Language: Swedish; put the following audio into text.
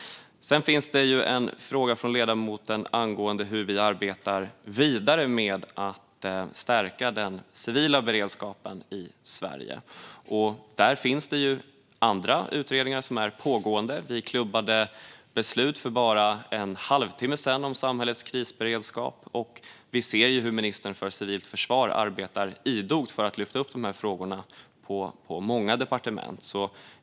Sedan finns det en fråga från ledamoten om hur vi arbetar vidare med att stärka den civila beredskapen i Sverige. Där finns det utredningar som pågår. Vi klubbade för bara en halvtimme sedan beslut om samhällets krisberedskap, och vi ser hur ministern för civilt försvar arbetar idogt för att lyfta upp de här frågorna på många departement.